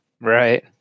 right